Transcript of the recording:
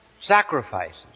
sacrifices